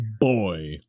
boy